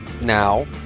now